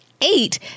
eight